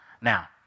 Now